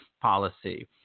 policy